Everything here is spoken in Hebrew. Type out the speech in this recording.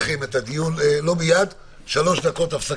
נעולה.